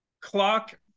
clock